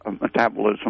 metabolism